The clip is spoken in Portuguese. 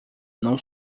não